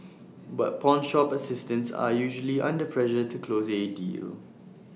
but pawnshop assistants are usually under pressure to close A deal